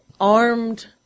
armed